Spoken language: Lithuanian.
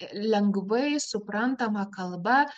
lengvai suprantama kalba